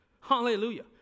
Hallelujah